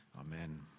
Amen